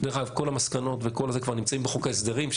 כל המסקנות והכול כבר נמצא בחוק ההסדרים,